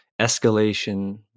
Escalation